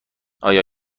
آیا